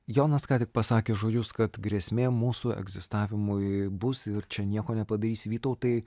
jonas ką tik pasakė žodžius kad grėsmė mūsų egzistavimui bus ir čia nieko nepadarys vytautai